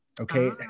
Okay